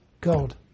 God